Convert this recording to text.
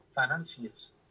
financiers